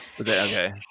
Okay